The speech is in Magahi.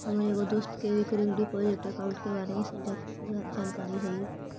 हमर एगो दोस्त के रिकरिंग डिपॉजिट अकाउंट के बारे में सब जानकारी हई